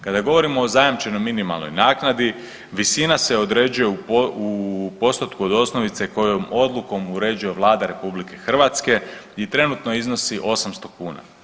Kada govorimo o zajamčenoj minimalnoj naknadi, visina se određuje u postotku od osnovice kojom odlukom uređuje Vlada RH i trenutno iznosi 800 kuna.